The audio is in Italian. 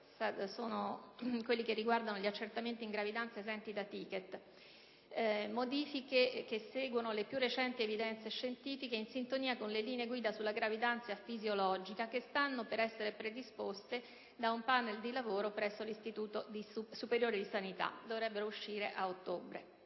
settembre 1998 (riguardanti gli accertamenti in gravidanza esenti da ticket), che seguono le più recenti evidenze scientifiche, in sintonia con le linee guida sulla gravidanza fisiologica che stanno per essere predisposte da un *panel* di lavoro presso l'Istituto superiore di sanità (dovrebbero uscire ad ottobre).